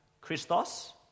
Christos